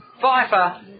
Pfeiffer